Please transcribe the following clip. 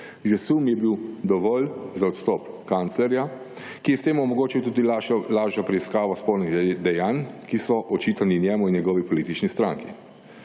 sum je bil dovolj za odstop kanclerja, ki se s tem omogočil tudi lažjo preiskavo spornih dejanj, ki so očitani njemu in njegovi politični stranki.